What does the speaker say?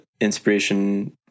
inspiration